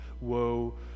Woe